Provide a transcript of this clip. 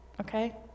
okay